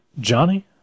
Johnny